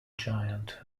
giant